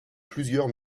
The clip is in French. plusieurs